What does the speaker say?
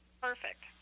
perfect